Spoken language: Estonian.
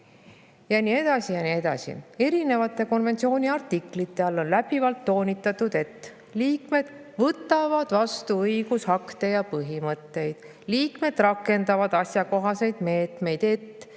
Ja nii edasi, ja nii edasi. Erinevate konventsiooni artiklite all on läbivalt toonitatud, et liikmed võtavad vastu õigusakte ja põhimõtteid. Liikmed rakendavad asjakohaseid meetmeid, et